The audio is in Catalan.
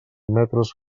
metres